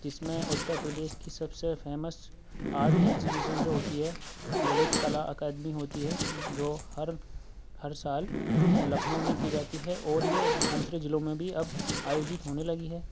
جس میں اُترپردیش کی سب سے فیمس آرٹ ایگزبیشن جو ہوتی ہے للت کلا اکیدمی ہوتی ہے جو ہر ہر سال لکھنؤ میں کی جاتی ہے اور یہ اب دوسرے ضلعوں میں بھی اب آیوجت ہونے لگی ہے